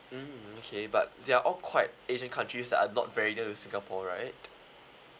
mm okay but they're all quite asian countries that are not very near to singapore right